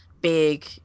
big